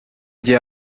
gihe